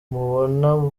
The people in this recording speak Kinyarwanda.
bamubona